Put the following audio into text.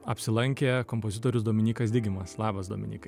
apsilankė kompozitorius dominykas digimas labas dominykai